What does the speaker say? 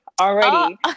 already